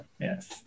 Yes